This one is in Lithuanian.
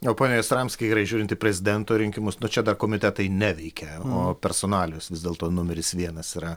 o pone jastramski gerai žiūrint į prezidento rinkimus nu čia dar komitetai neveikia o personalijos vis dėlto numeris vienas yra